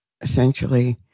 essentially